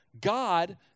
God